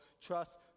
trust